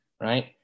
right